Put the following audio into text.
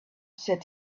said